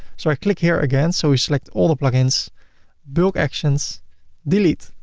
so i click here again, so we select all the plugins bulk actions delete.